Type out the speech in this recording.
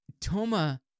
Toma